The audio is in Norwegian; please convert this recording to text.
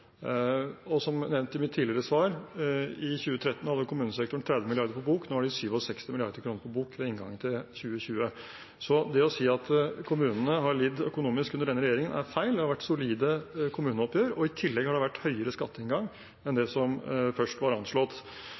Som nevnt i mitt tidligere svar hadde kommunesektoren i 2013 30 mrd. kr på bok og ved inngangen til 2020 67 mrd. kr på bok. Så det å si at kommunene har lidd økonomisk under denne regjeringen, er feil. Det har vært solide kommuneoppgjør, og i tillegg har det vært høyere skatteinngang enn det som først var anslått.